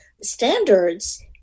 standards